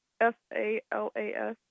S-A-L-A-S